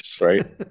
right